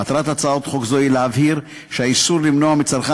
מטרת הצעת חוק זו היא להבהיר שהאיסור למנוע מצרכן